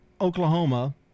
Oklahoma